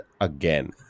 again